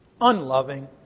unloving